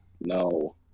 No